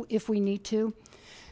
on if we need to